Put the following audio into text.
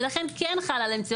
ולכן כן חל עליהם.